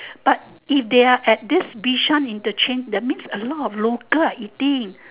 but if they are at this bishan interchange that means a lot of local are eating